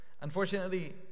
Unfortunately